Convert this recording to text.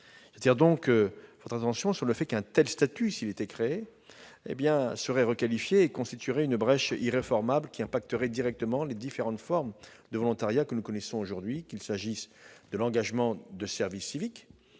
J'attire donc votre attention sur le fait qu'un tel statut, s'il était créé, serait requalifié et constituerait une brèche irréformable. Celle-ci aurait des incidences directes sur les différentes formes de volontariat que nous connaissons aujourd'hui, qu'il s'agisse de l'engagement de service civique-